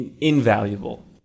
invaluable